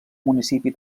municipi